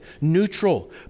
neutral